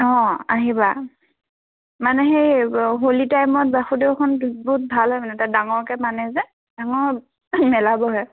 অঁ আহিবা মানে সেই হোলী টাইমত বাসুদেউখন বহুত ভাল হয় মানে তাত ডাঙৰকৈ মানে যে অঁ মেলা বহে